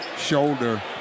shoulder